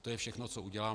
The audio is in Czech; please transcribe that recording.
To je všechno, co udělám.